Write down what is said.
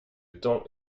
temps